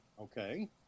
okay